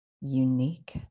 unique